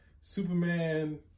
Superman